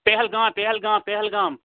Pahalgam Pahalgam Pahalgam